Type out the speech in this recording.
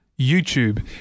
YouTube